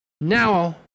now